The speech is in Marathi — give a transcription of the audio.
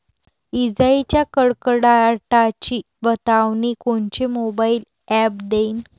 इजाइच्या कडकडाटाची बतावनी कोनचे मोबाईल ॲप देईन?